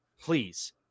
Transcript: please